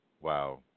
Wow